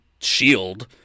shield